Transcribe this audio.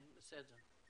בסדר.